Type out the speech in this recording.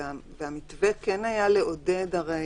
והמתווה כן היה לעודד הרי